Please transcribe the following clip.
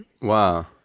Wow